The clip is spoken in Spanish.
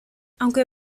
aunque